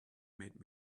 made